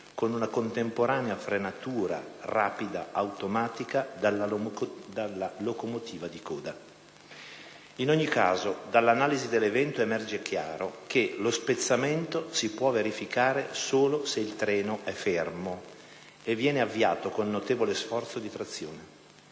con una contemporanea frenatura rapida automatica dalla locomotiva di coda. In ogni caso, dall'analisi dell'evento emerge chiaro che lo spezzamento si può verificare solo se il treno è fermo e viene avviato con notevole sforzo di trazione.